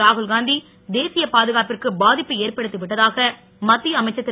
ராகுல்காந்தி தேசிய பாதுகாப்பிற்கு பாதிப்பை ஏற்படுத்திவிட்டதாக மத்திய அமைச்சர் திரு